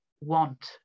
want